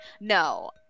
no